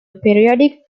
periodic